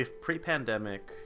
pre-pandemic